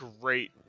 great